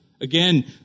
Again